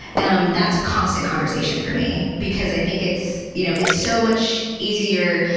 and that's a constant conversation for me because i think it's you know it's so much easier.